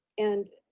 and